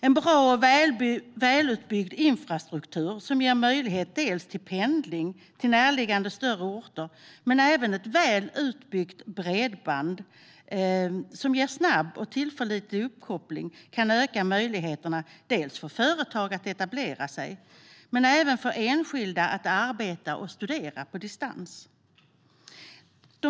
En bra och välutbyggd infrastruktur som ger möjlighet dels till pendling till närliggande större orter, dels ett väl utbyggt bredband som ger snabb och tillförlitlig uppkoppling kan öka möjligheterna dels för företag att etablera sig, dels för enskilda att arbeta och studera på distans.